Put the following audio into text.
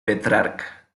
petrarca